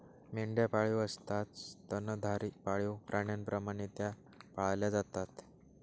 मेंढ्या पाळीव असतात स्तनधारी पाळीव प्राण्यांप्रमाणे त्या पाळल्या जातात